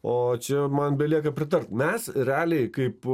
o čia man belieka pritart mes realiai kaip